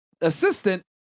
assistant